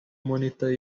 monitor